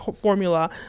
formula